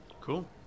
Cool